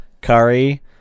Curry